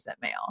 male